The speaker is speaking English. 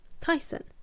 Tyson